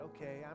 okay